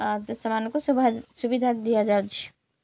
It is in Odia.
ଆ ଦେ ସେମାନଙ୍କୁ ସୁଭା ସୁବିଧା ଦିଆଯାଉଛି